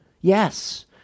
yes